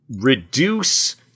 reduce